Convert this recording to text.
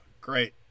Great